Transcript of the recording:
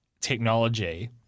technology